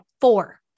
four